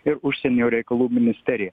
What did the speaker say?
ir užsienio reikalų ministerija